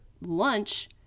lunch